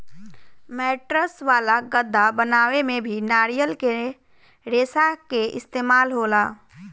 mattress वाला गद्दा बनावे में भी नारियल के रेशा के इस्तेमाल होला